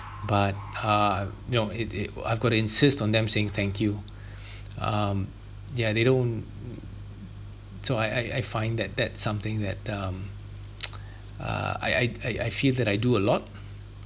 but uh you know it it I have got to insist on them saying thank you um yeah they don't so I I I find that that's something that um uh I I I I feel that I do a lot